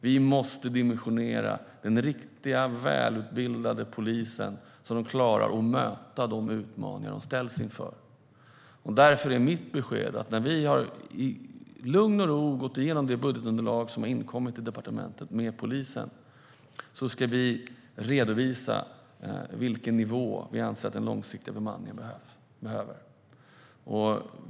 Vi måste dimensionera den riktiga, välutbildade polisen så att den klarar att möta de utmaningar som den ställs inför. Därför är mitt besked att när vi i lugn och ro, tillsammans med polisen, har gått igenom det budgetunderlag som har inkommit till departementet ska vi redovisa vilken nivå som vi anser att den långsiktiga bemanningen behöver.